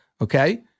Okay